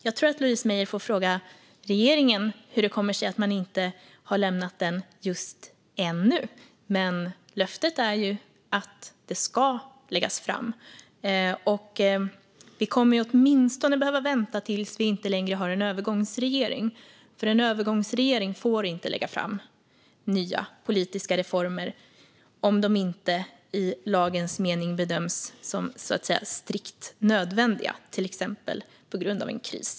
Jag tror att Louise Meijer får fråga regeringen hur det kommer sig att man inte har lämnat det ännu, men löftet är att det ska läggas fram. Vi kommer åtminstone att behöva vänta tills vi inte längre har en övergångsregering, för en sådan regering får inte lägga fram nya politiska reformer om de inte i lagens mening bedöms som strikt nödvändiga, till exempel på grund av en kris.